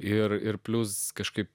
ir ir plius kažkaip